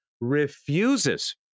refuses